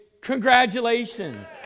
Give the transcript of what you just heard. congratulations